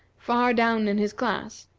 far down in his class,